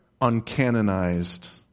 uncanonized